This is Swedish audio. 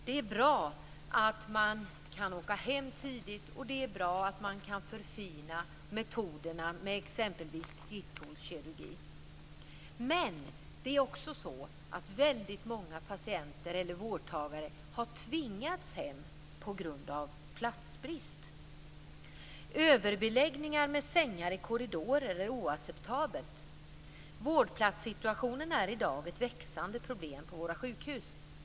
Det är bra att man kan åka hem tidigt, och det är bra att metoderna har förfinats med t.ex. titthålskirurgi. Men många vårdtagare har tvingats hem på grund av platsbrist. Det är oacceptabelt med överbeläggningar med sängar i korridorer. Situationen med vårdplatserna är i dag ett växande problem på våra sjukhus.